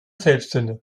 selbstzünder